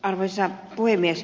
arvoisa puhemies